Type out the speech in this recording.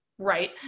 right